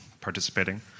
participating